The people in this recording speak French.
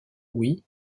louis